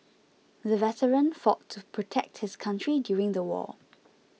the veteran fought to protect his country during the war